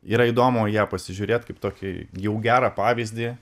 yra įdomu į ją pasižiūrėt kaip tokį jau gerą pavyzdį